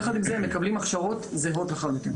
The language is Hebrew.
יחד עם זאת, הם מקבלים הכשרות זהות לחלוטין.